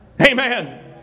Amen